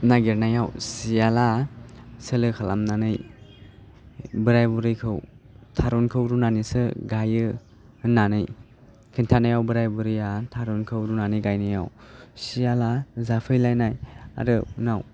नायगिरनायाव सियाला सोलो खालामनानै बोराय बुरैखौ थारुनखौ रुनानैसो गायो होन्नानै खोन्थानायाव बोराइ बुरैया थारुनखौ रुनानै गायनायाव सियाला जाफैलायनाय आरो उनाव